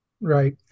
Right